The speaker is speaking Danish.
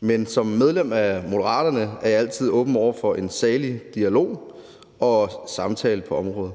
Men som medlem af Moderaterne er jeg altid åben over for en saglig dialog og samtale på området.